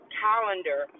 calendar